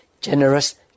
generous